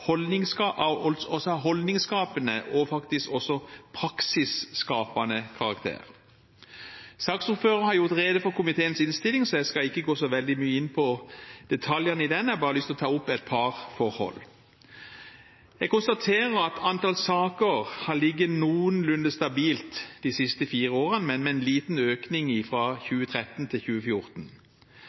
holdningsskapende og faktisk også praksisskapende karakter. Saksordføreren har gjort rede for komiteens innstilling, så jeg skal ikke gå så veldig mye inn på detaljene i den. Jeg har bare lyst til å ta opp et par forhold. Jeg konstaterer at antall saker har ligget noenlunde stabilt de siste fire årene, men med en liten økning fra 2013 til 2014.